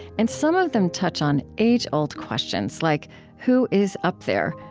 and some of them touch on age-old questions, like who is up there?